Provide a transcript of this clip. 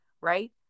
right